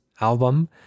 album